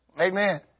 Amen